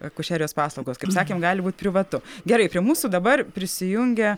akušerijos paslaugos kaip sakėm gali būt privatu gerai prie mūsų dabar prisijungė